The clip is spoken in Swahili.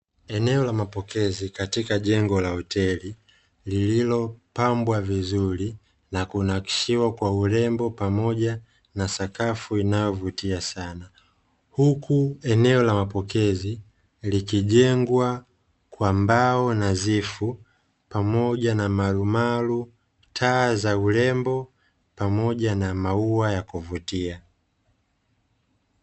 Eneo la mapokezi katika jengo la hoteli lililopambwa vizuri na kunakshiwa kwa urembo pamoja na sakafu inayovutia sana, huku eneo la mapokezi likijengwa kwa mbao nadhifu pamoja na marumaru, taa za urembo pamoja na maua ya kuvutia.